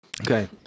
Okay